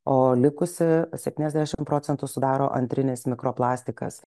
o likusį septyniasdešimt procentų sudaro antrinis mikroplastikas